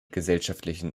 gesellschaftlichen